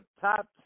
top